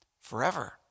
forever